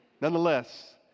nonetheless